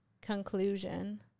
conclusion